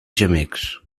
gemecs